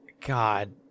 God